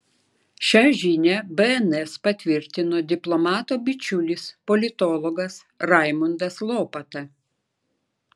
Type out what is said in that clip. šią žinią bns patvirtino diplomato bičiulis politologas raimundas lopata